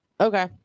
Okay